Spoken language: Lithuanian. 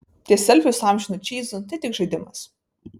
tie selfiai su amžinu čyzu tai tik žaidimas